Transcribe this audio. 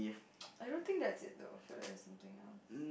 I don't think that's it though I feel like there's something else